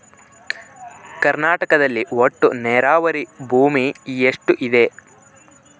ಕರ್ನಾಟಕದಲ್ಲಿ ಒಟ್ಟು ನೇರಾವರಿ ಭೂಮಿ ಎಷ್ಟು ಇದೆ?